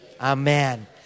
Amen